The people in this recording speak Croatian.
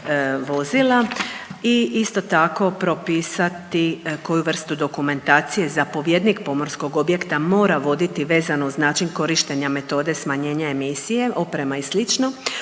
vozila. I isto tako propisati koju vrstu dokumentacije zapovjednik pomorskog objekta mora voditi vezano uz način korištenja metode smanjenja emisije, oprema i